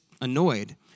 annoyed